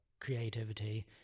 creativity